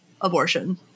abortion